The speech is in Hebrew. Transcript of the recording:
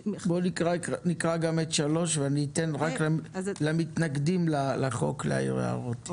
בואו נקרא גם את 3 ואני אתן למתנגדים לחוק להעיר הערות,